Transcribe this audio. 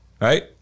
right